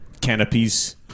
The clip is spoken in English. canopies